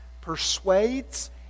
persuades